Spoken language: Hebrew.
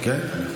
כן?